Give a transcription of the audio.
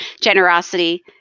generosity